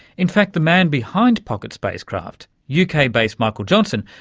in fact, the man behind pocket spacecraft, uk-based michael johnson,